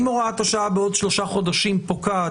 אם הוראת השעה בעוד שלושה חודשים פוקעת